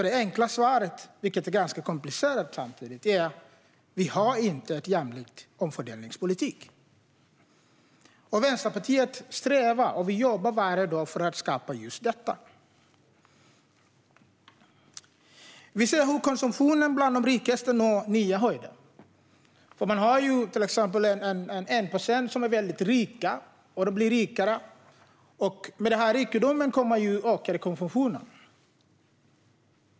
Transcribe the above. Det enkla svaret, vilket samtidigt är ganska komplicerat, är att vi inte har en jämlik omfördelningspolitik. Vänsterpartiet strävar efter och jobbar varje dag för att skapa just detta. Vi ser hur konsumtionen bland de rikaste når nya höjder. Det är 1 procent av befolkningen som är mycket rik och som blir rikare. Med denna rikedom kommer den ökade konsumtionen.